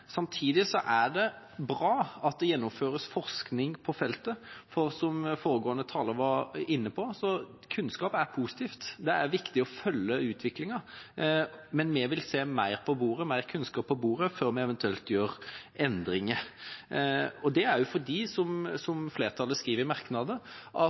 samtidig er det bra at det gjennomføres forskning på feltet, for som foregående taler var inne på, er kunnskap positivt. Det er viktig å følge utviklingen, men vi vil ha mer kunnskap på bordet før vi eventuelt gjør endringer, for som flertallet skriver i merknadene, er